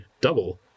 double